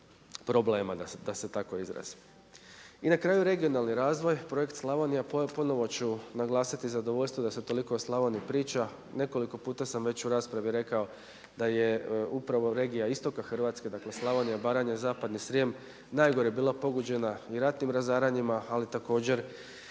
problema, da se tako izrazim. I na kraju regionalni razvoj, Projekt Slavonija, ponovo ću naglasiti zadovoljstvo da se toliko o Slavoniji priča. Nekoliko puta sam već u raspravi rekao da je upravo regija istoka Hrvatska, dakle Slavonija, Baranja, Zapadni Srijem najgore bila pogođena i ratnim razaranjima ali također